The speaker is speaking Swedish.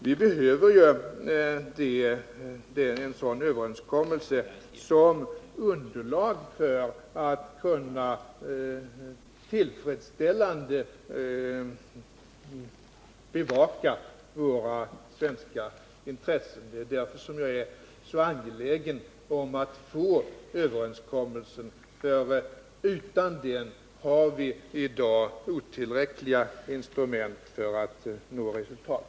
Vi behöver en sådan överenskommelse som underlag för att tillfredsställande kunna bevaka våra svenska intressen. Det är av den orsaken jag är så angelägen om överenskommelsen; utan den har vi i dag otillräckliga instrument för att nå resultat.